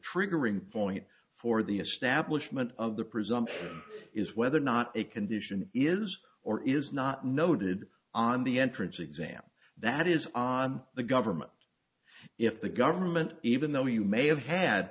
triggering point for the establishment of the presumption is whether or not a condition is or is not noted on the entrance exam that is on the government if the government even though you may have had